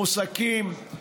מוסכים,